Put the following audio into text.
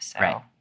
Right